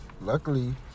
Luckily